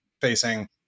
facing